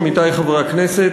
עמיתי חברי הכנסת,